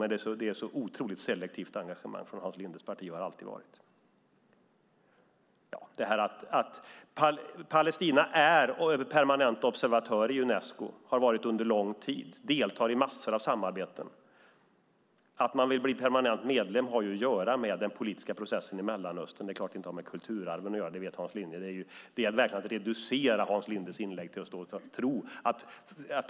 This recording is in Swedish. Men det är ett otroligt selektivt engagemang från Hans Lindes parti, och det har det alltid varit. Palestina är permanent observatör i Unesco och har varit det under lång tid. Man deltar i massor av samarbeten. Att man vill bli permanent medlem har att göra med den politiska processen i Mellanöstern. Det är klart att det inte har med kulturarven att göra, det vet Hans Linde. Det är verkligen att reducera hans inlägg att tro det.